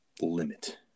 limit